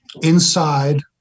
inside